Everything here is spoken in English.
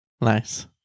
Nice